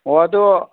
ꯑꯣ ꯑꯗꯣ